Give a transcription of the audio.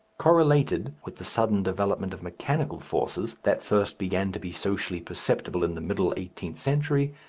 correlated with the sudden development of mechanical forces that first began to be socially perceptible in the middle eighteenth century,